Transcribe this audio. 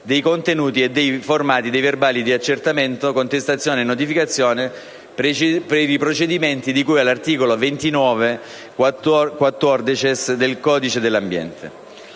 dei contenuti e dei formati dei verbali di accertamento, contestazione e notificazione per i procedimenti di cui all'articolo 29-*quattuordecies* del codice dell'ambiente.